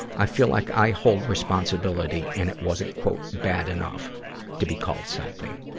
i feel like i hold responsibility and it wasn't bad enough to be called something.